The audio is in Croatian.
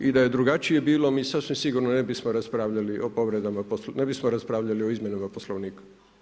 I da je drugačije bilo mi sasvim sigurno ne bismo raspravljali o povredama, ne bismo raspravljali o izmjenama Poslovnika.